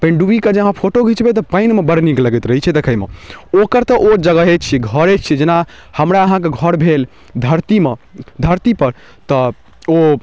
पनिडुब्बीके जे अहाँ फोटो खिँचबै तऽ पानिमे बड्ड नीक लगैत रहै छै देखैमे ओकर तऽ ओ जगहे छी घरे छी जेना हमरा अहाँके घर भेल धरतीमे धरतीपर तऽ ओ